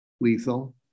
lethal